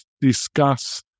discuss